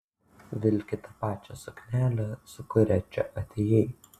vilki tą pačią suknelę su kuria čia atėjai